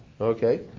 okay